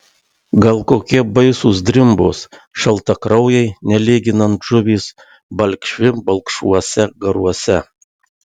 gal kokie baisūs drimbos šaltakraujai nelyginant žuvys balkšvi balkšvuose garuose